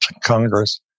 Congress